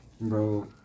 Bro